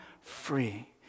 free